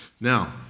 Now